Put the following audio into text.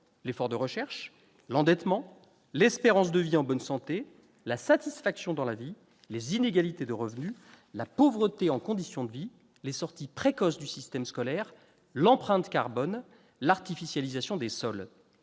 l'effort de recherche, l'endettement, l'espérance de vie en bonne santé, la satisfaction dans la vie, les inégalités de revenus, la pauvreté en conditions de vie, les sorties précoces du système scolaire, l'empreinte carbone, l'artificialisation des sols.